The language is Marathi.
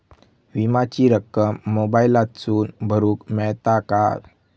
विमाची रक्कम मोबाईलातसून भरुक मेळता काय?